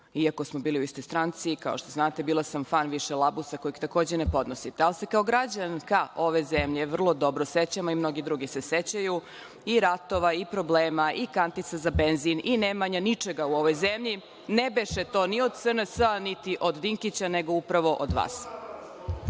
iako smo bili u istoj stranci, kao što znate bila sam više fan Labusa, kojeg takođe ne podnosite. Ali se kao građanka ove zemlje vrlo dobro sećam i mnogi drugi se sećaju i ratova i problema i kantica za benzin i nemanja ničega u ovoj zemlji, ne beše to ni od SNS, ni od Dinkića, nego upravo od vas.